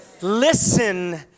listen